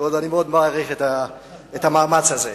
אני מעריך מאוד את המאמץ הזה.